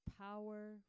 power